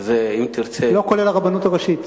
לא כולל הרבנות הראשית.